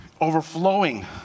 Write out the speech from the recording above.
overflowing